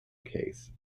case